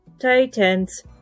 Titans